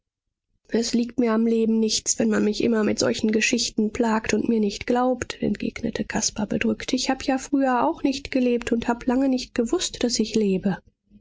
es liegt mir am leben nichts wenn man mich immer mit solchen geschichten plagt und mir nicht glaubt entgegnete caspar bedrückt ich hab ja früher auch nicht gelebt und hab lange nicht gewußt daß ich lebe